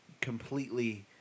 completely